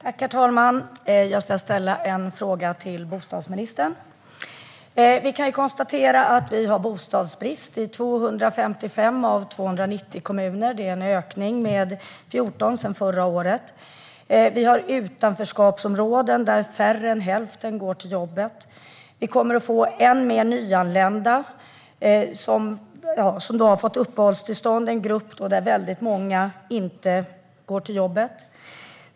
Herr talman! Jag ska ställa en fråga till bostadsministern. Vi kan konstatera att vi har bostadsbrist i 255 av 290 kommuner. Det är en ökning med 14 sedan förra året. Vi har utanförskapsområden där färre än hälften av de boende går till jobbet. Vi kommer att få ännu fler nyanlända som har fått uppehållstillstånd, en grupp där väldigt många inte går till jobbet.